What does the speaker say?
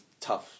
tough